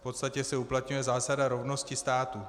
V podstatě se uplatňuje zásada rovnosti států.